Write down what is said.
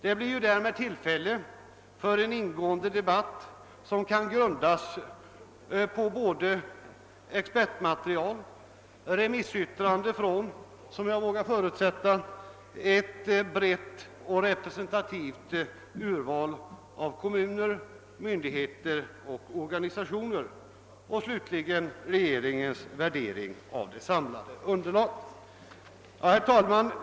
Det blir därmed tillfälle till en ingående debatt, som kan grundas på expertmaterial, remissyttranden från — som jag vågar förutsätta — ett brett och representativt urval av kommuner, myndigheter och organisationer samt på regeringens värdering av det samlade underlaget. Herr talman!